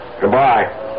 Goodbye